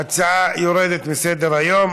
ההצעה יורדת מסדר-היום.